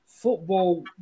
football